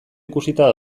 ikusita